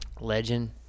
Legend